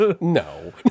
No